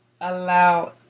allow